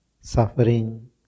suffering